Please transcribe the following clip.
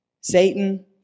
Satan